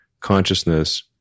consciousness